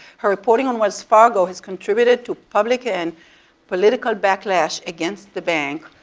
her reporting on wells fargo has contributed to public and political backlash against the bank,